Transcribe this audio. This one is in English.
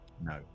No